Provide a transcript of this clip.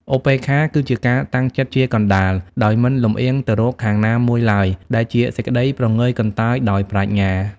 ឧបេក្ខា គឺជាការតាំងចិត្តជាកណ្តាល ដោយមិនលំអៀងទៅរកខាងណាមួយឡើយ ដែលជាសេចក្តីព្រងើយកន្តើយដោយប្រាជ្ញា។